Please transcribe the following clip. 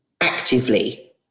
actively